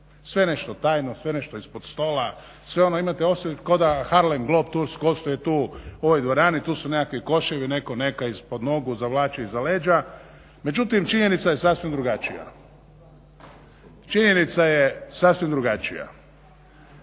Sve nešto tajno, sve nešto ispod stola, sve ono imate osjećaj kao da … globe tours gostuje tu u ovoj dvorani, tu su nekakvi koševi, netko … ispod nogu zavlači iza leđa, međutim činjenica je sasvim drugačija. Dakle gospodarska